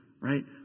right